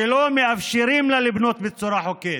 שלא מאפשרים לה לבנות בצורה חוקית,